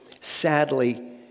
sadly